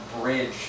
bridge